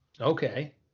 Okay